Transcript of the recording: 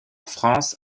france